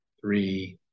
three